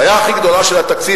הבעיה הכי גדולה של התקציב,